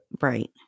Right